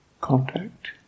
contact